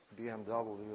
BMW